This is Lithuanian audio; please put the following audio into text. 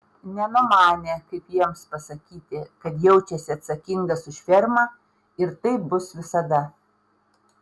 nenumanė kaip jiems pasakyti kad jaučiasi atsakingas už fermą ir taip bus visada